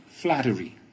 flattery